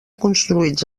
construïts